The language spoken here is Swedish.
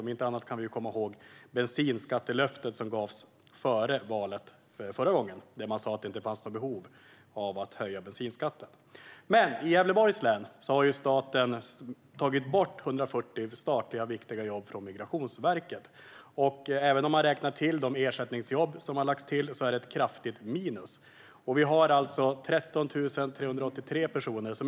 Om inte annat kan vi tänka på bensinskattelöftet som gavs före förra valet, när man sa att det inte fanns något behov av att höja bensinskatten. I Gävleborgs län har staten tagit bort 140 viktiga statliga jobb från Migrationsverket. Även om man räknar in de ersättningsjobb som lagts till är det ett kraftigt minus, och vi har alltså 13 383 personer som är arbetslösa.